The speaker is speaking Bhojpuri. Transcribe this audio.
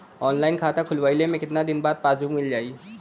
ऑनलाइन खाता खोलवईले के कितना दिन बाद पासबुक मील जाई?